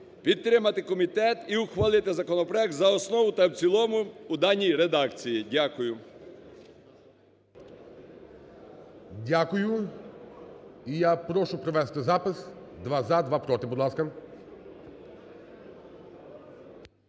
підтримати комітет і ухвалити законопроект за основу та в цілому у даній редакції. Дякую. ГОЛОВУЮЧИЙ. Дякую. І я прошу провести запис: два – "за", два – "проти". Будь ласка.